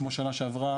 כמו בשנה שעברה,